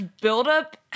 buildup